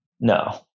no